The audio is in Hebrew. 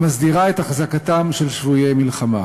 המסדירה את החזקתם של שבויי מלחמה.